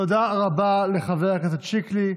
תודה רבה לחבר הכנסת שיקלי.